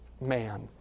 man